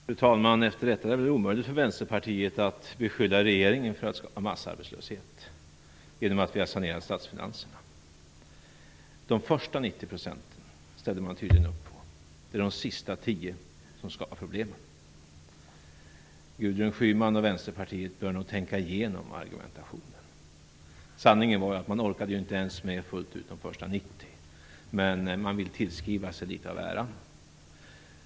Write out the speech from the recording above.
Fru talman! Efter detta är det väl omöjligt för Vänsterpartiet att beskylla regeringen för att skapa massarbetslöshet genom att vi har sanerat statsfinanserna. De första 90 procenten ställde man tydligen upp på. Det är de sista tio som skapar problemen. Gudrun Schyman och Vänsterpartiet bör nog tänka igenom argumentationen. Sanningen var ju att man inte ens fullt ut orkade med de första 90 procenten. Men man vill tillskriva sig litet av äran.